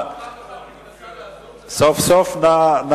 סוף-סוף, סוף-סוף.